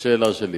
השאלה שלי,